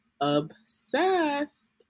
obsessed